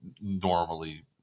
normally